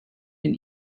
been